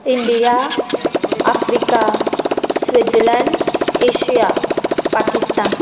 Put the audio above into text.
India Africa Switzerland Asia Pakistan